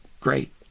Great